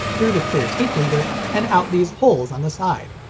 through the clear tape leader, and out these holes on the side.